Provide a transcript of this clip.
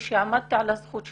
כשעמדתי על הזכות שלי,